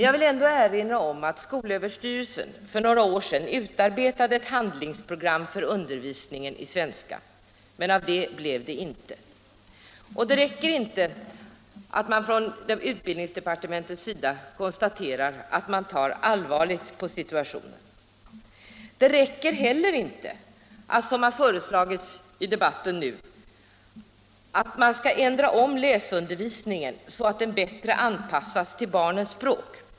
Jag vill gärna erinra om att skolöverstyrelsen för några år sedan utarbetade ett handlingsprogram för undervisningen i svenska, men av det blev intet. Det räcker inte med att utbildningsdepartementet konstaterar att det ser allvarligt på situationen. Det räcker inte heller med att, såsom föreslagits i debatten, ändra läsundervisningen så att den bättre anpassas till barnens språk.